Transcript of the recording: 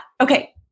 Okay